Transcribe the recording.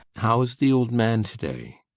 how is the old man to-day?